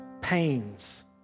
pains